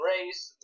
Race